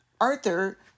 Arthur